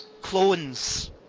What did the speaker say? clones